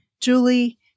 Julie